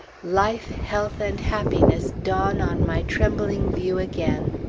life, health, and happiness dawn on my trembling view again.